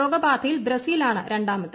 രോഗബാധയിൽ ബ്രസീലാണ് രണ്ടാമത്